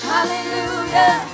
Hallelujah